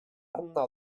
anna